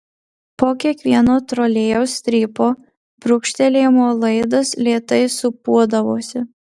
po kiekvieno trolėjaus strypo brūkštelėjimo laidas lėtai sūpuodavosi